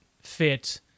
fit